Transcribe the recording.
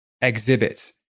exhibit